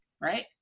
right